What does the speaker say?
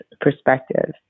perspective